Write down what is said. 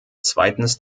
zweitens